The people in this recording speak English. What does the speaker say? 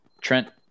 trent